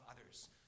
others